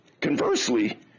conversely